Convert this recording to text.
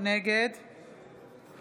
נגד